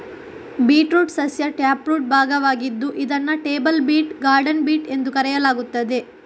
beetroot ಸಸ್ಯ taproot ಭಾಗವಾಗಿದ್ದು ಇದನ್ನು ಟೇಬಲ್ ಬೀಟ್, ಗಾರ್ಡನ್ ಬೀಟ್ ಎಂದು ಕರೆಯಲಾಗುತ್ತದೆ